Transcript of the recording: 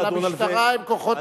אבל המשטרה הם כוחות הביטחון.